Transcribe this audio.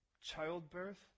childbirth